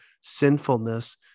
sinfulness